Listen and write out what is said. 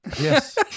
yes